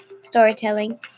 storytelling